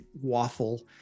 waffle